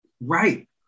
Right